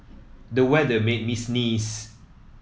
the weather made me sneeze